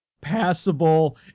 passable